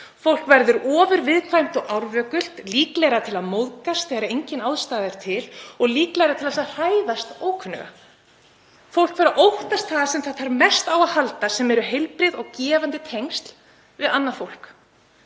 Fólk verður ofurviðkvæmt og árvökult, líklegra til að móðgast þegar engin ástæða er til og líklegra til að hræðast ókunnuga. Fólk fer að óttast það sem það þarf mest á að halda, sem eru heilbrigð og gefandi tengsl við annað fólk.